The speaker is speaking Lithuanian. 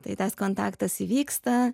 tai tas kontaktas įvyksta